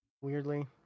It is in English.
weirdly